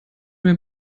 mir